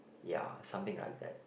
ya something like that